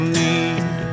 need